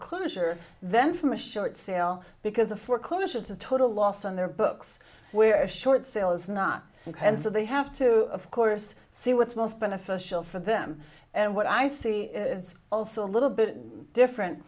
foreclosure then from a short sale because a foreclosure it's a total loss on their books where a short sale is not ok and so they have to of course see what's most beneficial for them and what i see is also a little bit different